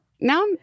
Now